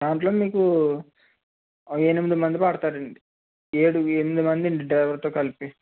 దాంట్లో మీకు ఎనిమిది మంది పడతారు అండి ఏడు ఎనిమిది మంది అండి డ్రైవర్తో కలిపి